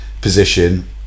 position